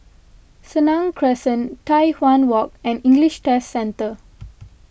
Senang Crescent Tai Hwan Walk and English Test Centre